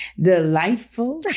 delightful